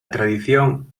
tradición